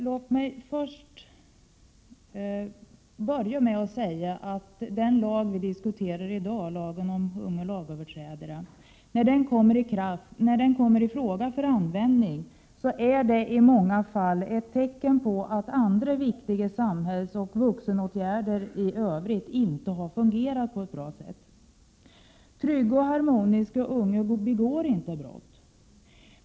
Herr talman! Låt mig börja med att säga att när den lag vi diskuterar kommer i fråga för användning, är det i många fall ett tecken på att andra samhällsoch vuxenåtgärder inte har fungerat på ett bra sätt. Trygga och harmoniska ungar begår inte brott.